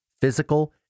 physical